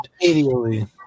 immediately